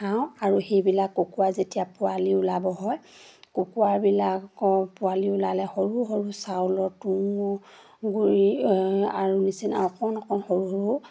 খাওঁ আৰু সেইবিলাক কুকুৰা যেতিয়া পোৱালি ওলাব হয় কুকুৰাবিলাকৰ পোৱালি ওলালে সৰু সৰু চাউলৰ তুঁহ গুড়ি আৰু নিচিনা অকণ অকণ সৰু সৰু